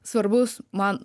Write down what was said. svarbus man